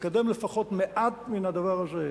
לקדם לפחות מעט מהדבר הזה.